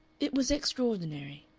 it was extraordinary.